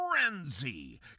frenzy